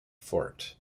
fort